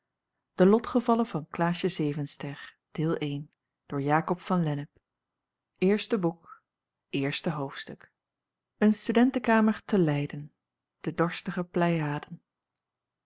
een studentekamer te leyden de dorstige pleiaden